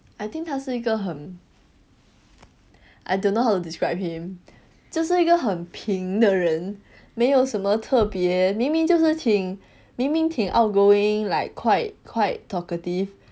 I think 他是一个 hmm I don't know how to describe him 这是一个很平的人没有什么特别明明就是挺明明挺 outgoing like quite quite talkative